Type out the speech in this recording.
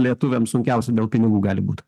lietuviams sunkiausia dėl pinigų gali būt